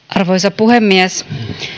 arvoisa puhemies